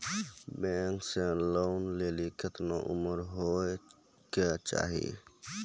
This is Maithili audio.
बैंक से लोन लेली केतना उम्र होय केचाही?